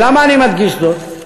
ולמה אני מדגיש זאת?